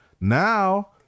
Now